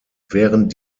während